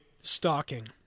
Stalking